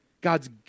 God's